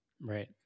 right